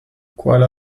کوالا